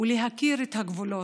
ולהכיר את הגבולות,